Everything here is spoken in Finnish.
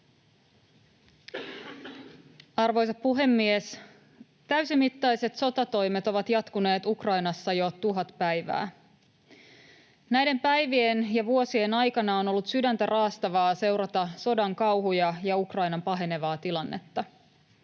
Arvoisa puhemies! Täysimittaiset sotatoimet ovat jatkuneet Ukrainassa jo tuhat päivää. Näiden päivien ja vuosien aikana on ollut sydäntä raastavaa seurata sodan kauhuja ja Ukrainan pahenevaa tilannetta.